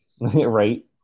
Right